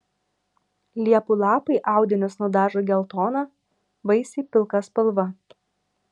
ievų lapai audinius nudažo geltona vaisiai pilka spalva